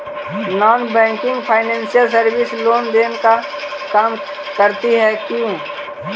Non banking financial services loan देने का काम करती है क्यू?